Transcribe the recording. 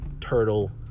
Turtle